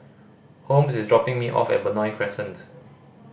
Holmes is dropping me off at Benoi Crescent